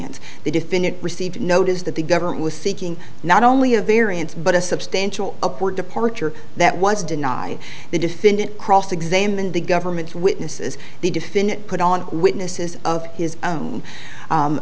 e the defendant received notice that the government was seeking not only a variance but a substantial upward departure that was denied the defendant cross examined the government's witnesses the defendant put on witnesses of his own